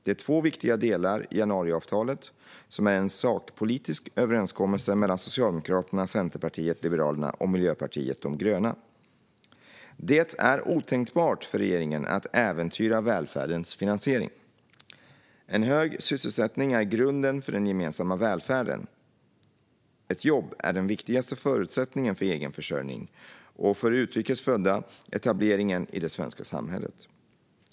Det är två viktiga delar i januariavtalet som är en sakpolitisk överenskommelse mellan Socialdemokraterna, Centerpartiet, Liberalerna och Miljöpartiet de gröna. Det är otänkbart för regeringen att äventyra välfärdens finansiering. En hög sysselsättning är grunden för den gemensamma välfärden. Ett jobb är den viktigaste förutsättningen för egen försörjning och, för utrikes födda, etablering i det svenska samhället.